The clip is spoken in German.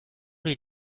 dir